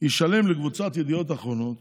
ישלם לקבוצת ידיעות אחרונות